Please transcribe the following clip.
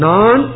Non